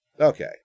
Okay